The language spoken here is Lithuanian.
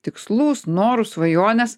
tikslus norus svajones